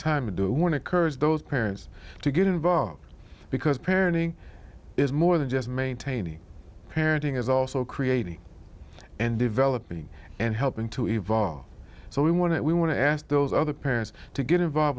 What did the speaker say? time to do one occurs those parents to get involved because parenting is more than just maintaining parenting is also creating and developing and helping to evolve so we want we want to ask those other parents to get involved